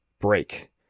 break